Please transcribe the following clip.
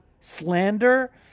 slander